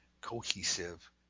cohesive